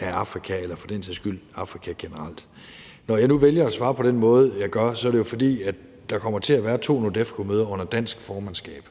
af Afrika eller for den sags skyld Afrika generelt. Når jeg nu vælger at svare på den måde, jeg gør, er det jo, fordi der kommer til at være to NORDEFCO-møder under dansk formandskab,